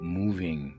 moving